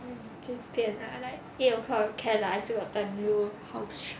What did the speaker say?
mm 几点 ah like eight o'clock can lah I still got time to like